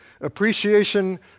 appreciation